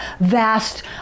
vast